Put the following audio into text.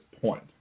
point